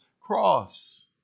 cross